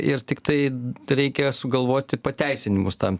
ir tiktai tereikia sugalvoti pateisinimus tam